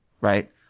Right